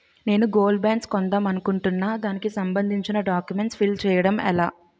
నేను gold bonds కొందాం అనుకుంటున్నా దానికి సంబందించిన డాక్యుమెంట్స్ ఫిల్ చేయడం ఎలా?